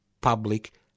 public